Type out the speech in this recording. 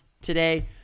today